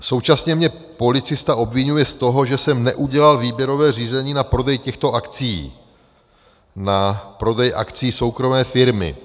Současně mě policie obviňuje z toho, že jsem neudělal výběrové řízení na prodej těchto akcií, na prodej akcií soukromé firmy.